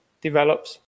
develops